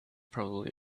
probably